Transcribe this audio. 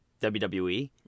WWE